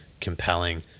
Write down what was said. compelling